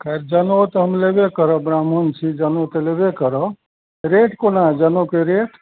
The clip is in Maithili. खैर जनउ तऽ हम लेबे करब ब्राह्मण छी जनउ तऽ लेबे करब रेट कोना जनउके रेट